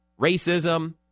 racism